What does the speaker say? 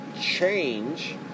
change